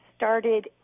started